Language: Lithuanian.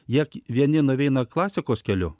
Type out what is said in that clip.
jie vieni nueina klasikos keliu